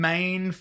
Main